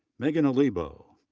meagan olibo,